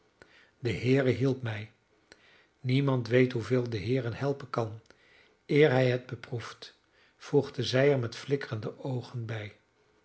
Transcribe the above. de heere hielp mij niemand weet hoeveel de heere helpen kan eer hij het beproeft voegde zij er met flikkerende oogen bij